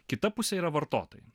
kita pusė yra vartotojai